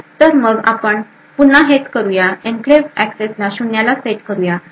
तर मग आपण पुन्हा हेच करूया एन्क्लेव्ह एक्सेस आपण शून्याला सेट करू या